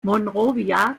monrovia